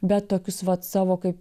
bet tokius vat savo kaip